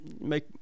make